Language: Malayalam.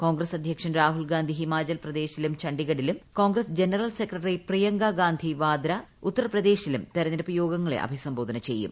കോൺഗ്രസ് അധ്യക്ഷൻ രാഹുൽഗാന്ധി ഹിമാചൽ പ്രദേശിലും ചണ്ഡിഗഡിലും കോൺഗ്രസ് ജനറൽ സെക്രട്ടറി പ്രിയങ്കാഗാന്ധി ഉത്തർപ്രദേശിലും തെരഞ്ഞെടുപ്പ് യോഗങ്ങളെ അഭിസംബോധന ചെയ്യും